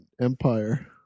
Empire